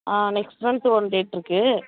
ஆ next month one date இருக்கு